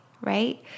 right